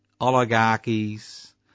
oligarchies